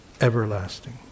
everlasting